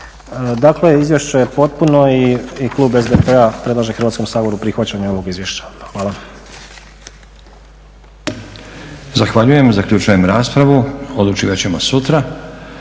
Dakle izvješće je potpuno i klub SDP-a predlaže Hrvatskom saboru prihvaćanje ovog izvješća. Hvala. **Stazić, Nenad (SDP)** Zahvaljujem. Zaključujem raspravu. Odlučivati ćemo sutra.